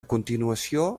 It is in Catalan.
continuació